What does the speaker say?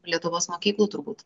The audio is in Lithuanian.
lietuvos mokyklų turbūt